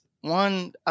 one